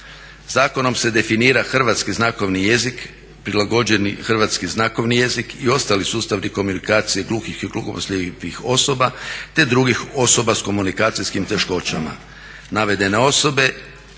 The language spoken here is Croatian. Zakonom se definira hrvatski znakovni jezik, prilagođeni hrvatski znakovni jezik i ostavi sustavi komunikacije gluhih i gluhoslijepih osoba te drugih osoba sa komunikacijskim teškoćama.